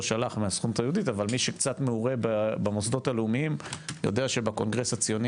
מי שקצת מעורה במוסדות הלאומיים יודע שבקונגרס הציוני